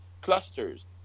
clusters